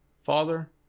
father